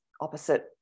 opposite